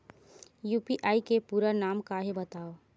UPI के पूरा नाम का हे बतावव?